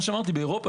באירופה,